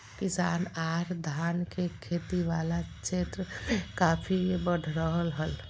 किसान आर धान के खेती वला क्षेत्र मे काफी बढ़ रहल हल